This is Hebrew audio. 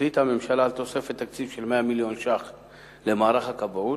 החליטה הממשלה על תוספת תקציב של 100 מיליון שקלים למערך הכבאות,